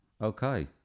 Okay